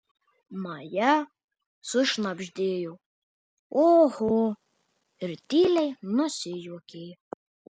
maja sušnabždėjo oho ir tyliai nusijuokė